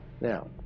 Now